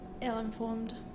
ill-informed